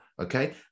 okay